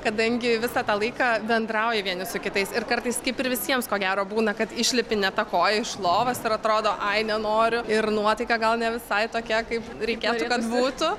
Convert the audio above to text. kadangi visą tą laiką bendrauji vieni su kitais ir kartais kaip ir visiems ko gero būna kad išlipi ne ta koja iš lovos ir atrodo ai nenoriu ir nuotaika gal ne visai tokia kaip reikėtų kad būtų